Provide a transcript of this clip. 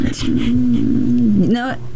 no